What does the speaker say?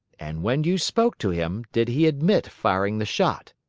and when you spoke to him, did he admit firing the shot?